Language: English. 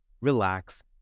relax